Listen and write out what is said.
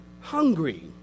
hungry